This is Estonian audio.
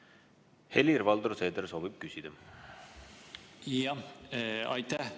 naabriga suhted korrektsed? Aitäh!